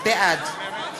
בעד